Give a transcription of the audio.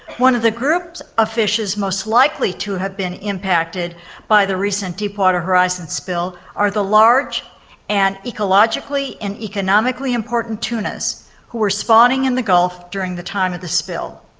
one of the groups of fishes most likely to have been impacted by the recent deepwater horizon spill are the large and ecologically and economically important tunas who were spawning in the gulf during the time of the spill.